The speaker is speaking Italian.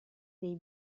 dei